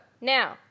now